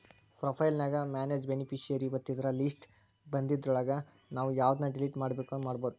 profile ನ್ಯಾಗ manage beneficiary ಒತ್ತಿದ್ರ list ಬನ್ದಿದ್ರೊಳಗ ನಾವು ಯವ್ದನ್ನ ಡಿಲಿಟ್ ಮಾಡ್ಬೆಕೋ ಮಾಡ್ಬೊದು